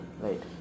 right